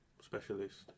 specialist